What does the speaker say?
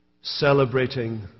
celebrating